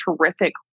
terrific